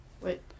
Wait